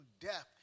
death